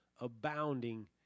abounding